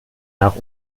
nach